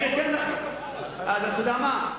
אתה יודע מה,